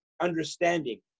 understanding